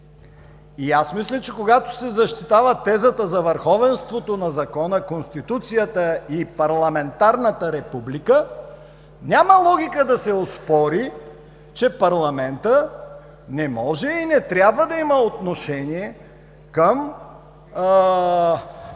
И аз мисля, че когато се защитава тезата за върховенството на закона, Конституцията и парламентарната република, няма логика да се оспори, че парламентът не може и не трябва да има отношение към